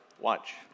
Watch